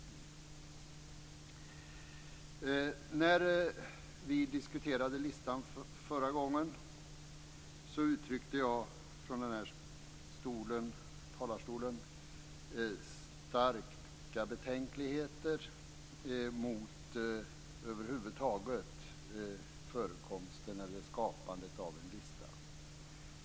Förra gången vi diskuterade listan uttryckte jag från denna talarstol över huvud taget starka betänkligheter mot förekomsten eller skapandet av en lista.